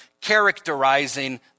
characterizing